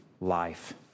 life